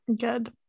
good